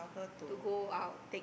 to go out